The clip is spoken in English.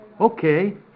okay